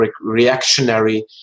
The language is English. reactionary